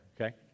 okay